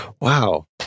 Wow